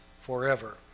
forever